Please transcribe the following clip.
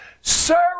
Sir